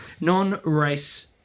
Non-race